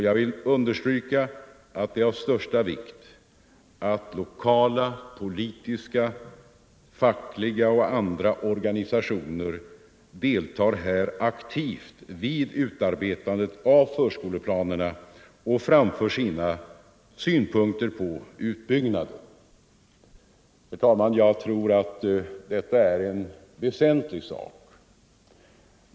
Jag vill understryka att det är av största vikt att lokala politiska, fackliga och andra organisationer deltar aktivt vid utarbetandet av förskoleplanerna och framför sina synpunkter på utbyggnaden. Jag tror, herr talman, att detta är en väsentlig sak.